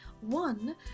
one